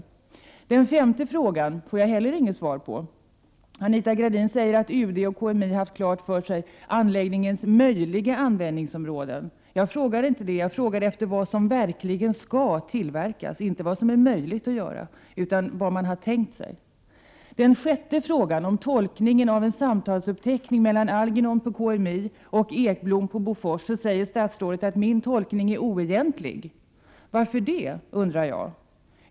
Inte heller den femte frågan får jag något svar på. Anita Gradin säger att UD och KMI haft klart för sig anläggningens möjliga användningsområden. Det var inte vad jag frågade efter. Jag frågade efter vad som verkligen skall tillverkas, inte vad som är möjligt att producera, utan vad man har tänkt sig. Den sjätte frågan handlar om tolkningen av en uppteckning från ett samtal mellan Algernon på KMI och Ekblom på Bofors. Statsrådet säger att min tolkning är oegentlig. Jag undar varför.